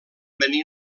venir